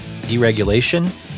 deregulation